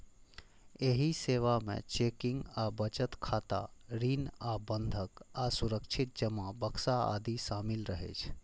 एहि सेवा मे चेकिंग आ बचत खाता, ऋण आ बंधक आ सुरक्षित जमा बक्सा आदि शामिल रहै छै